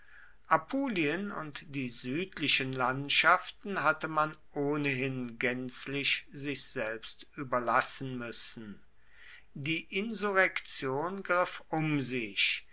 apulien und die südlichen landschaften hatte man ohnehin gänzlich sich selbst überlassen müssen die insurrektion griff um sich